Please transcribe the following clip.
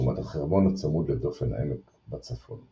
לעומת החרמון הצמוד לדופן העמק בצפון.